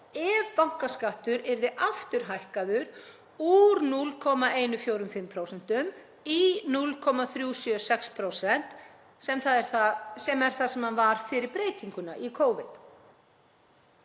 ef bankaskattur yrði aftur hækkaður úr 0,145% í 0,376%, sem er það sem hann var fyrir breytinguna í Covid.